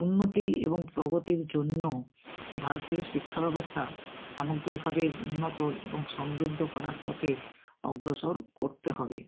উন্নতি এবং প্রগতির জন্য ভারতীয় শিক্ষাব্যবস্থা সামগ্রিকভাবে উন্নত এবং সমৃদ্ধ করার পথে অগ্রসর করতে হবে